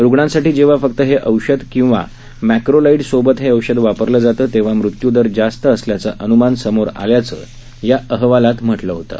रूग्णांसाठी जेव्हा फक्त हे औषध किंवा मॅक्रोलाइड सोबत हे औषध वापरलं जातं तेव्हा मृत्यू दर जास्त असल्याचं अनुमान समोर आल्याचं या अहवालात म्हटलं होतं